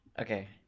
okay